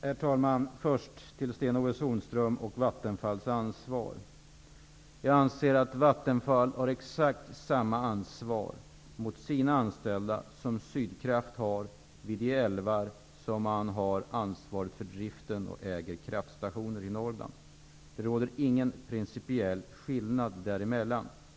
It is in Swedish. Herr talman! Först till Sten-Ove Sundström om Vattenfalls ansvar: Jag anser att Vattenfall har exakt samma ansvar mot sina anställda som Sydkraft har vid de älvar där man har ansvaret för driften och äger kraftstationer. Det råder ingen principiell skillnad.